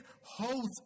holds